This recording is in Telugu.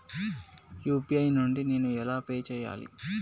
యూ.పీ.ఐ నుండి నేను ఎలా పే చెయ్యాలి?